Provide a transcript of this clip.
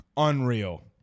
unreal